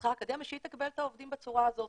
פתחה אקדמיה שהיא תקבל את העובדים בצורה הזאת.